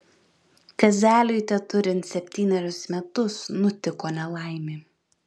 kazeliui teturint septynerius metus nutiko nelaimė